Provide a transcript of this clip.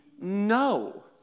no